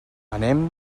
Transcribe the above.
anem